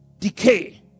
decay